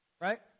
Right